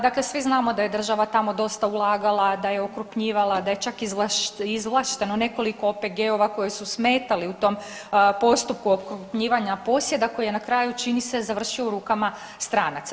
Dakle, svi znamo da je država tamo dosta ulagala, da je okrupnjivala, da je čak izvlašteno nekoliko OPG-ova koji su smetali u tom postupku okrupnjivanja posjeda koji je na kraju čini se završio u rukama stranaca.